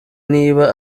niba